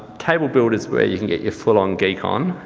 tablebuilder is where you can get your full on geek on.